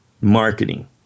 marketing